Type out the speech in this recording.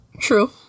True